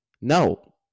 No